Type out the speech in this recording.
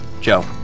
Joe